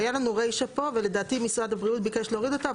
הייתה לנו רישה פה ולדעתי משרד הבריאות ביקש להוריד אותה,